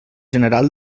general